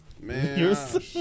Man